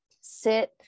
sit